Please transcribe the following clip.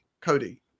Cody